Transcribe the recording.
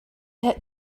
had